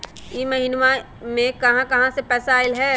इह महिनमा मे कहा कहा से पैसा आईल ह?